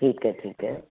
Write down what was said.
ਠੀਕ ਹੈ ਠੀਕ ਹੈ